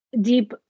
deep